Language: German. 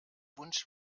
wunsch